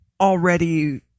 already